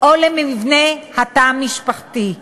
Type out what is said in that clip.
או למבנה התא המשפחתי,